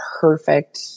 perfect